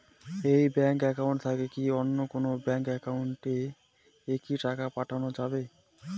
এই bank account থাকি কি অন্য কোনো ব্যাংক একাউন্ট এ কি টাকা পাঠা যাবে?